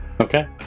Okay